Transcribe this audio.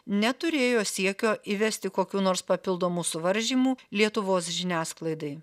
neturėjo siekio įvesti kokių nors papildomų suvaržymų lietuvos žiniasklaidai